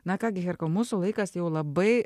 na ką gi herkau mūsų laikas jau labai